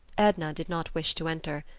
edna did not wish to enter.